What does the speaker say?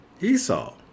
Esau